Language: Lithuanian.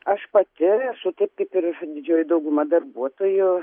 aš pati esu taip kaip ir didžioji dauguma darbuotojų